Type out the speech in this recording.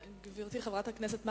גברתי חברת הכנסת אדטו, תודה רבה.